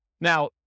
Now